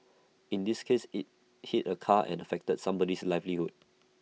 in this case IT hit A car and affected somebody's livelihood